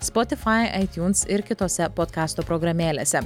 spotifai aitiunsitunes ir kitose podkastų programėlėse